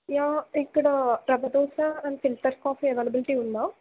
yeah ఇక్కడా rava dosa and filter coffee availability ఉందా